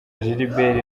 gilbert